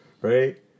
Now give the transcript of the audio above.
right